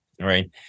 Right